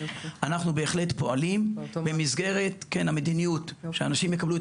אנחנו בהחלט פועלים במסגרת המדיניות שאנשים יקבלו את